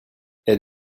elle